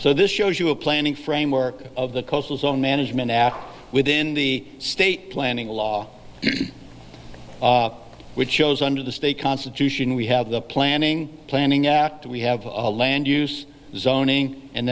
so this shows you a planning framework of the coastal zone management act within the state planning law which shows under the state constitution we have the planning planning act we have a land use zoning and